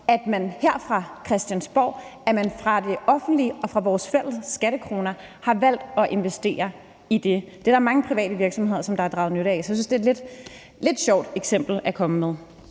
at man her fra Christiansborg, at man fra det offentlige, og at man for vores fælles skattekroner har valgt at investere i det. Det er der mange private virksomheder, der har draget nytte af, så jeg synes, det er et lidt sjovt eksempel at komme med.